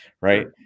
right